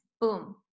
boom